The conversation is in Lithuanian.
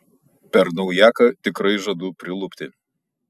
per naujaką tikrai žadu prilupti